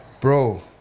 Bro